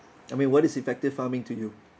I mean what is effective farming to you